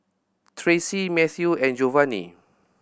Tracey Matthew and Jovanny